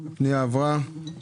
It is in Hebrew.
הפנייה עברה.